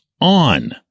on